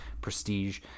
Prestige